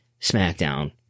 SmackDown